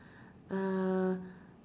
err